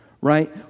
Right